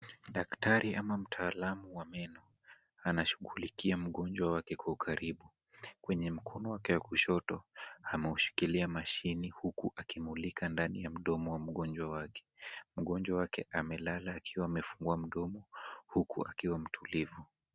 Daktari ama mtaalamu wa meno anashughulikia mgonjwa wake kwa ukaribu. Kwenye mkono wake wa kushoto, ameushikilia mashini huku akimulika ndani ya mdomo wa mgonjwa wake. Mgonjwa wake amelala akiwa amefungua mdomo huku akiwa mtulivu.